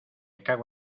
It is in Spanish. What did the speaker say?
cago